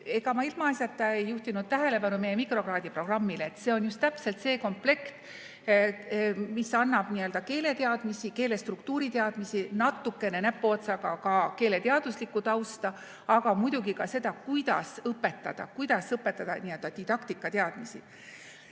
Ega ma ilmaasjata ei juhtinud tähelepanu meie mikrokraadiprogrammile. See on just täpselt see komplekt, mis annab keeleteadmisi, keele struktuuri teadmisi, natuke näpuotsaga ka keeleteaduslikku tausta, aga muidugi ka seda, kuidas õpetada, ehk didaktikateadmisi. Ma